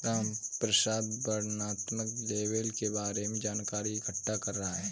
रामप्रसाद वर्णनात्मक लेबल के बारे में जानकारी इकट्ठा कर रहा है